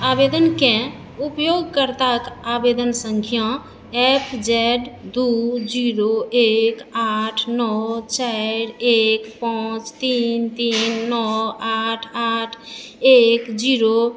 आवेदनकेँ उपयोगकर्ताक आवेदन संख्या एफ जेड दू जीरो एक आठ नओ चारि एक पांच तीन तीन नओ आठ आठ एक जीरो